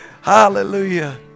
Hallelujah